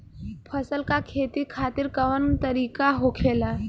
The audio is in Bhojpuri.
फसल का खेती खातिर कवन तरीका होखेला?